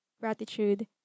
gratitude